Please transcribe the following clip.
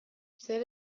zer